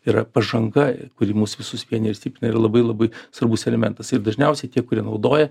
yra pažanga kuri mus visus vienija ir stiprina ir labai labai svarbus elementas ir dažniausiai tie kurie naudoja